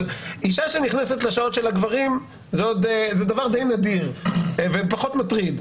אישה שנכנסת בשעות של הגברים זה דבר די נדיר ופחות מטריד,